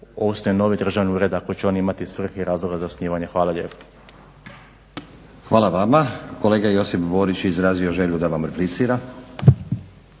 osnuje novi državni ured ako će on imati svrhe i razloga za osnivanje. Hvala lijepo. **Stazić, Nenad (SDP)** Hvala vama. Kolega Josip Borić izrazio je želju da vam replicira.